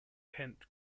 tent